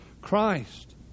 Christ